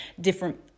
different